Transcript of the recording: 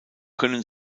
können